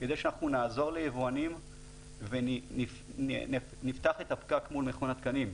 כדי שאנחנו נעזור ליבואנים ונפתח את הפקק מול מכון התקנים.